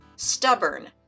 stubborn